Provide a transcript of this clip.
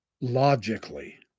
logically